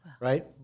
right